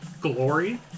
Glory